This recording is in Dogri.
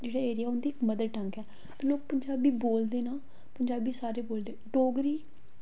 जेह्ड़े एरिया उं'दी मदर टंग ऐ ते ओह् पंजाबी बोलदे न पंजाबी सारे बोलदे डोगरी